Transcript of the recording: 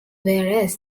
whereas